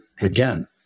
again